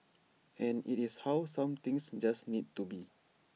and IT is how some things just need to be